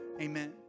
Amen